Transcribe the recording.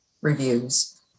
reviews